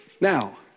now